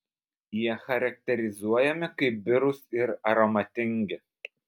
jie charakterizuojami kaip birūs ir aromatingi